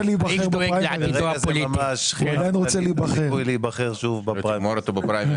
ברגע זה ממש אין לי סיכוי להיבחר שוב בפריימריז.